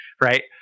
Right